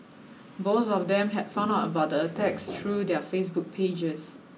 both of them had found out about the attacks through their Facebook pages